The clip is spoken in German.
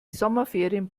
sommerferien